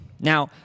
Now